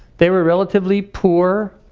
they were relatively poor,